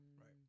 right